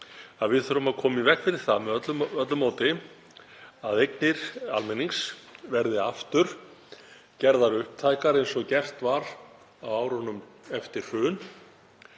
við þurfum að koma í veg fyrir það með öllu móti að eignir almennings verði aftur gerðar upptækar eins og gert var á árunum eftir hrun.